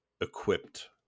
equipped